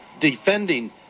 defending